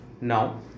Now